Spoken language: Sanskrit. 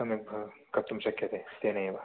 सम्यक् भ कर्तुं शक्यते तेन एव